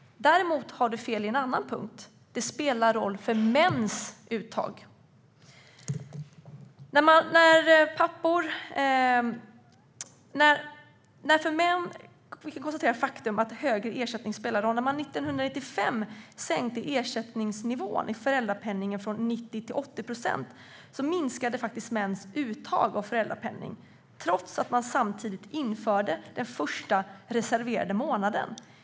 Däremot har du fel på en annan punkt: Det spelar roll för mäns uttag. Vi kan konstatera faktum, att högre ersättning spelar roll. När man 1995 sänkte ersättningsnivån i föräldrapenningen från 90 till 80 procent minskade faktiskt mäns uttag av föräldrapenning - trots att man samtidigt införde den första reserverade månanden.